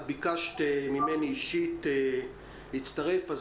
ביקשת ממני אישית להצטרף.